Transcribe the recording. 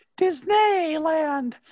Disneyland